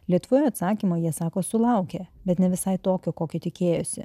lietuvoje atsakymo jie sako sulaukę bet ne visai tokio kokio tikėjosi